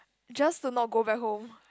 just to not go back home